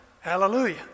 Hallelujah